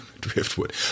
Driftwood